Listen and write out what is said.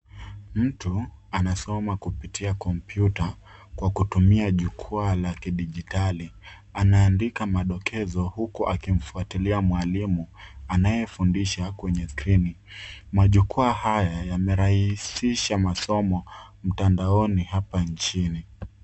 Mtu anasoma kupitia komputa kwa kutumia jukwaa la kidijitali. Anaandika madokezo huku akimfuatilia mwalimu anayefundisha kwenye skrini. Majukwaa haya yamerahisisha masomo mtandaoni hapa nchini.